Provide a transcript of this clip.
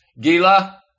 Gila